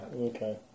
Okay